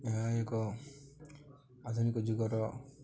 ଏହା ଏକ ଆଧୁନିକ ଯୁଗର